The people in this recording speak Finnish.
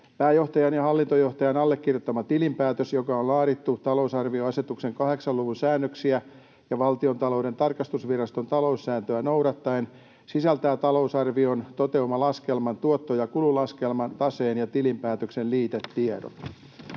Pääjohtajan ja hallintojohtajan allekirjoittama tilinpäätös, joka on laadittu talousarvioasetuksen 8 luvun säännöksiä ja Valtiontalouden tarkastusviraston taloussääntöä noudattaen, sisältää talousarvion toteutumalaskelman, tuotto- ja kululaskelman, taseen ja tilinpäätöksen liitetiedot.